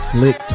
Slick